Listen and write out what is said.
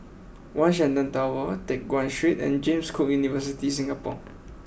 One Shenton Tower Teck Guan Street and James Cook University Singapore